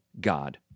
God